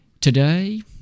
today